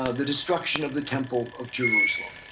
ah the destruction of the temple of jerusalem.